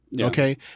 okay